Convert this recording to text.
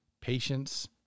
patience